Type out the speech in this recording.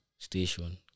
Station